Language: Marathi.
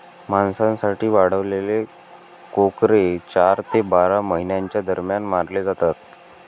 मांसासाठी वाढवलेले कोकरे चार ते बारा महिन्यांच्या दरम्यान मारले जातात